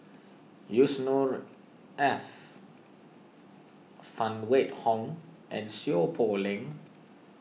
Yusnor Ef Phan Wait Hong and Seow Poh Leng